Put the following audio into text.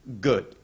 Good